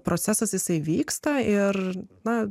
procesas jisai vyksta ir na